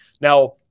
Now